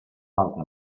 altra